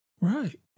Right